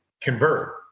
convert